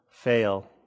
Fail